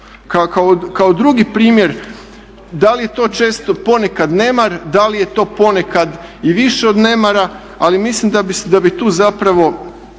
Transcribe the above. Kao drugi primjer da li je to često, ponekad nemar, da li je to ponekad i više od nemara ali mislim da bi tu zapravo